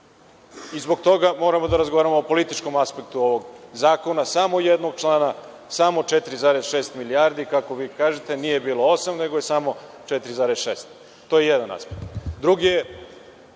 Zbog toga moramo da razgovaramo o političkom aspektu ovog zakona, samo jednog člana, samo 4,6 milijardi, kako vi kažete, nije bilo osam, nego je samo 4,6, to je jedan aspekt. Drugi